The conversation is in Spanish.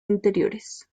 interiores